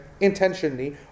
intentionally